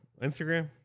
Instagram